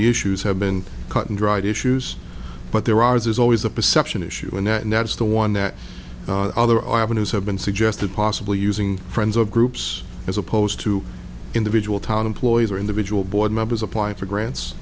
the issues have been cut and dried issues but there are there's always a perception issue or not and that's the one that other avenues have been suggested possibly using friends of groups as opposed to individual town employees or individual board members applying for grants